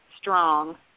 strong